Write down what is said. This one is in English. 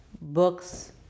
books